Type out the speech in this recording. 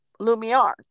Lumiar